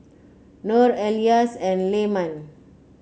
Nor Elyas and Leman